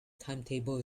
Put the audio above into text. timetable